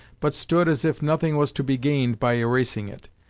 but stood as if nothing was to be gained by erasing it.